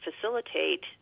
facilitate